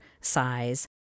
size